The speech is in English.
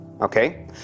Okay